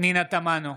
אינה נוכחת המזכיר